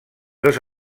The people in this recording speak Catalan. dos